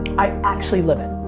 i actually live it.